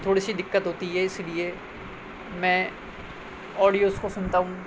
تھوڑی سی دقت ہوتی ہے اس لیے میں آڈیوز کو سنتا ہوں